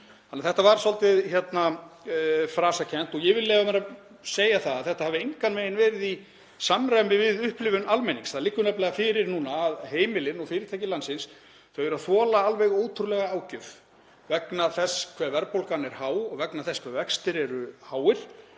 Þetta er svolítið hérna frasakennt. Ég vil leyfa mér að segja að þetta hafi engan veginn verið í samræmi við upplifun almennings. Það liggur nefnilega fyrir núna að heimilin og fyrirtæki landsins eru að þola alveg ótrúlega ágjöf vegna þess hve verðbólgan er há og vegna þess hve vextir eru háir.